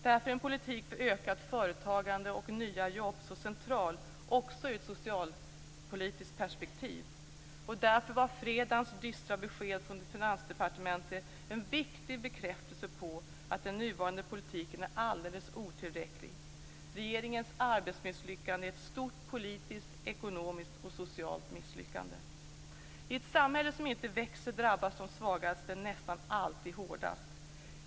Därför är en politik för ökat företagande och nya jobb så central också ur ett socialpolitiskt perspektiv. Och därför var fredagens dystra besked från Finansdepartementet en viktig bekräftelse på att den nuvarande politiken är alldeles otillräcklig. Regeringens arbetsmisslyckande är ett stort politiskt, ekonomiskt och socialt misslyckande. I ett samhälle som inte växer drabbas de svagaste nästan alltid hårdast.